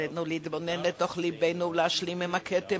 עלינו להתבונן אל תוך לבנו ולהשלים עם הכתם